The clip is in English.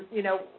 you know,